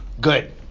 good